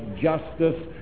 justice